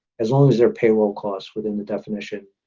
as long as their payroll cost within the definition,